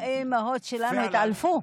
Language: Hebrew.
האימהות שלנו התעלפו.